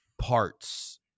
parts